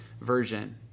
version